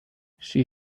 she